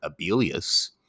abelius